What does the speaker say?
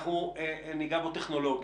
אנחנו נגע בו טכנולוגית.